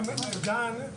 אני